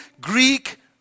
greek